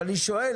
אבל אני שואל,